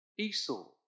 Esau